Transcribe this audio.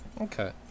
Okay